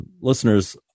listeners